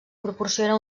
proporciona